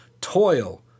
Toil